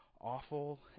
awful